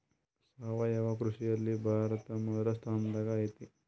ಸಾವಯವ ಕೃಷಿಯಲ್ಲಿ ಭಾರತ ಮೊದಲ ಸ್ಥಾನದಾಗ್ ಐತಿ